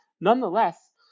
nonetheless